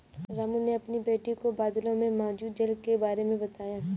रामू ने अपनी बेटी को बादलों में मौजूद जल के बारे में बताया